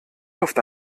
luft